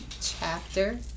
chapter